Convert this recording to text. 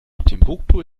timbuktu